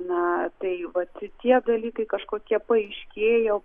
na tai vat tie dalykai kažkokie paaiškėjo